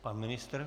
Pan ministr?